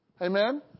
Amen